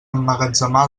emmagatzemar